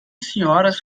senhoras